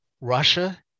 Russia